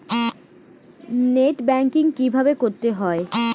Net banking কীভাবে করতে হয়?